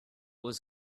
was